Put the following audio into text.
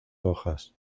hojas